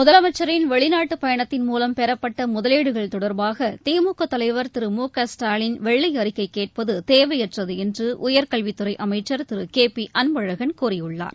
முதலமைச்சரின் வெளிநாட்டுப் பயணத்தின் மூலம் பெறப்பட்ட முதலீடுகள் தொடர்பாக திமுக தலைவர் திரு மு க ஸ்டாலின் வெள்ளை அறிக்கை கேட்பது தேவையற்றது என்று உயர்கல்வித் துறை அமைச்சர் திரு கே பி அன்பழகன் கூறியுள்ளார்